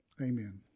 amen